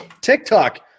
TikTok